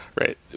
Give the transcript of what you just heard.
Right